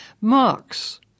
Marx